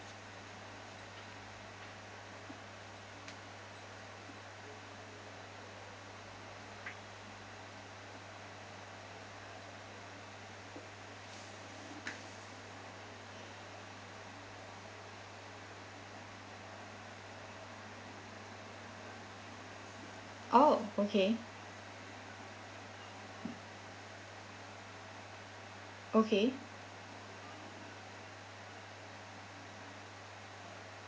oh okay okay